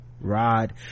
rod